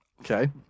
Okay